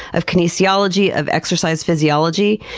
of kinesiology, of exercise physiology.